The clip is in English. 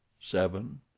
seven